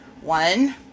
One